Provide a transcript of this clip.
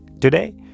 Today